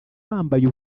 bambaye